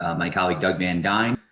ah my colleague, doug van dine,